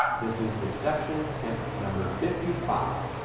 this is deception tip number fifty five.